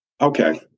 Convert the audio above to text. Okay